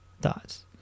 thoughts